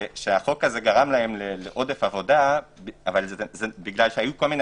שהחוק הזה גרם להם לעודף עבודה כי היו כל מיני